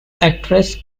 actress